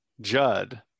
Judd